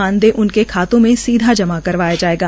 मानदेय उनके खातों में सीधा जमा करवाया जायेगा